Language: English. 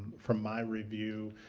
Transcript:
from my review,